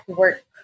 work